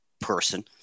person